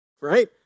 right